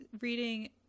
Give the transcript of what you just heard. reading